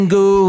go